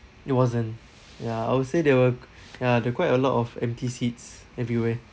it wasn't ya I would say there were uh there're quite a lot of empty seats everywhere